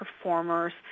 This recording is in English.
performers